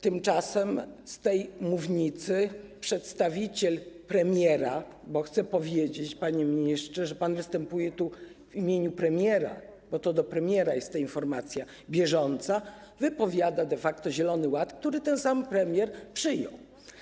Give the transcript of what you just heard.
Tymczasem z tej mównicy przedstawiciel premiera, bo chcę powiedzieć, panie ministrze, że pan występuje tu w imieniu premiera, bo to do premiera jest ta Informacja bieżąca, wypowiada de facto Zielony Ład, który ten sam premier przyjął.